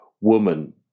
woman